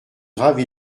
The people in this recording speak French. grave